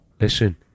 listen